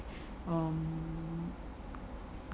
um